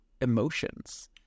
emotions